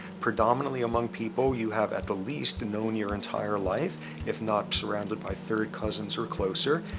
predominantly among people you have at the least, known your entire life if not surrounded by third cousins or closer,